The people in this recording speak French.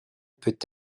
peut